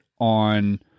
on